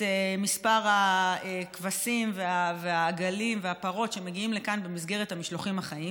מספר הכבשים והעגלים והפרות שמגיעים לכאן במסגרת המשלוחים החיים,